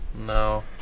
No